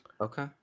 Okay